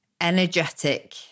energetic